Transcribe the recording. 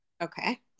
Okay